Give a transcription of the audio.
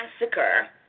massacre